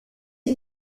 est